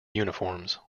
uniforms